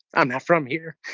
i'm not from here,